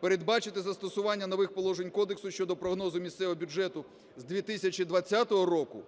Передбачити застосування нових положень кодексу щодо прогнозу місцевого бюджету з 2020 року,